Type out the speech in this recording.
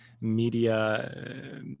media